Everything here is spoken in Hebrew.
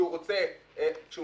אופניים ותשתית מספקת זה תקן שמחייב